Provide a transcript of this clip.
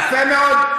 יפה מאוד.